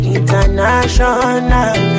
International